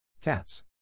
Cats